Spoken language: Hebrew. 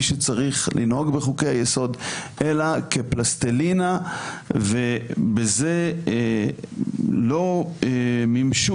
שצריך לנהוג בחוקי היסוד אלא כפלסטלינה ובזה לא מימשו